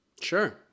Sure